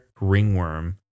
Ringworm